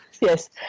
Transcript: Yes